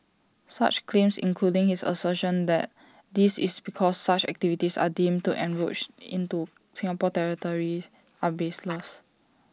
such claims including his assertion that this is because such activities are deemed to encroach into Singapore's territory are baseless